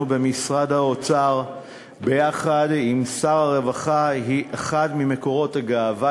במשרד האוצר ביחד עם שר הרווחה היא אחד ממקורות הגאווה